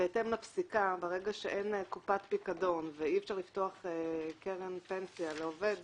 בהתאם לפסיקה ברגע שאין קופת פיקדון ואי-אפשר לפתוח קרן פנסיה לעובד זר,